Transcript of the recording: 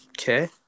Okay